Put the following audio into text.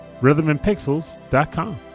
Rhythmandpixels.com